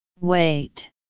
Wait